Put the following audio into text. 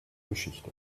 geschichte